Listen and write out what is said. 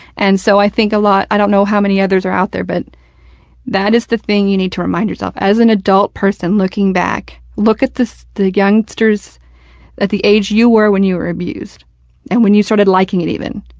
and so i think a lot i don't know how many others are out there, but that is the thing you need to remind yourself. as an adult person looking back, look at the youngsters at the age you were when you were abused and when you started liking it even,